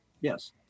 Yes